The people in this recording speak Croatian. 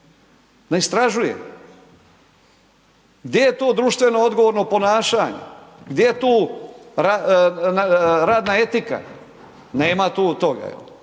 Ne istražuje. Gdje je tu društveno odgovorno ponašanje? Gdje je tu radna etika? Nema tu toga. A